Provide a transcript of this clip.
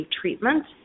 treatment